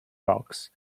rocks